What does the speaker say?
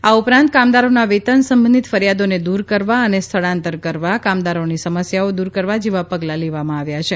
આ ઉપરાંત કામદારોના વેતન સંબંધિત ફરિયાદોને દૂર કરવા અને સ્થળાંતર કરતા કામદારોની સમસ્યાઓ દૂર કરવા જેવાં પગલાં લેવામાં આવ્યા છે